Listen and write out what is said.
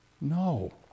No